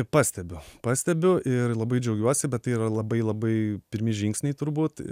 pastebiu pastebiu ir labai džiaugiuosi bet tai yra labai labai pirmi žingsniai turbūt